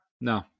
No